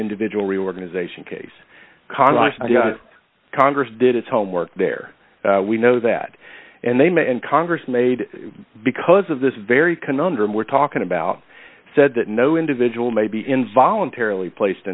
individual reorganization case congress and congress did his homework there we know that and they may and congress made because of this very conundrum we're talking about said that no individual may be in voluntarily placed